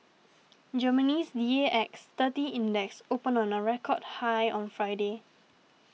Germany's D A X thirty Index opened on a record high on Friday